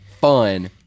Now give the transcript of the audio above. fun